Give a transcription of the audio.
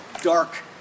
dark